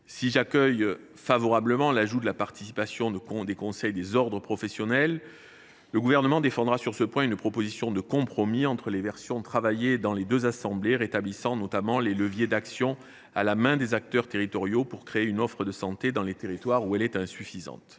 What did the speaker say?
S’il accueille favorablement l’ajout de la participation des conseils des ordres professionnels, le Gouvernement défendra, sur ce point, une proposition de compromis entre les versions des deux assemblées, afin de rétablir notamment les leviers d’action à la main des acteurs territoriaux pour créer une offre de santé dans les territoires où elle est insuffisante.